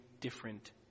different